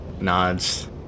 nods